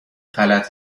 غلط